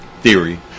theory